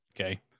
Okay